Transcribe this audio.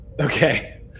Okay